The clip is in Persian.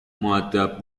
مودب